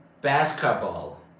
basketball